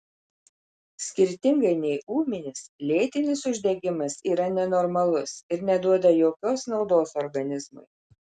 skirtingai nei ūminis lėtinis uždegimas yra nenormalus ir neduoda jokios naudos organizmui